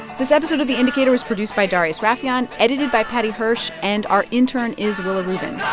this episode of the indicator was produced by darius rafieyan, edited by paddy hirsch, and our intern is willa rubin